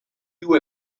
you